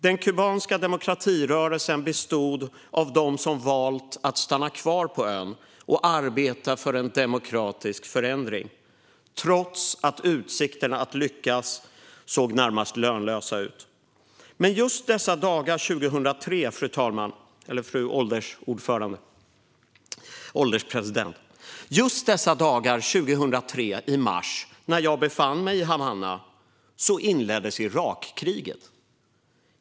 Den kubanska demokratirörelsen bestod av dem som valt att stanna kvar på ön och arbeta för en demokratisk förändring, trots att utsikterna att lyckas såg närmast lönlösa ut. Fru ålderspresident! Just dessa dagar 2003 i mars, när jag befann mig i Havanna, inleddes Irakkriget.